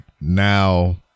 now